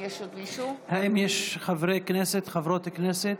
האם יש חברי כנסת, חברות כנסת,